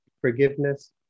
forgiveness